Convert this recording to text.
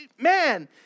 man